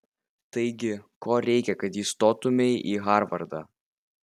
taigi ko reikia kad įstotumei į harvardą